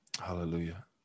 Hallelujah